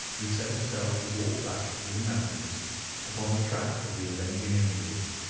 he set himself to walk back through the mountains upon the track of the avenging angels.